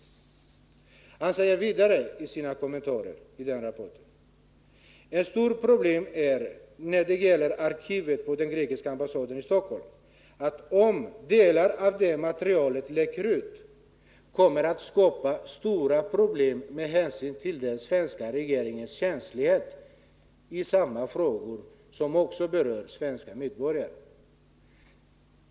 Åklagaren säger vidare i rapporten ungefär så här: Ett stort problem när det gäller arkivet på den grekiska ambassaden i Stockholm är att om delar av materialet skulle läcka ut skulle det skapa stora problem med hänsyn till den svenska regeringens känslighet i sådana frågor som också berör svenska medborgare.